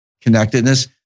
Connectedness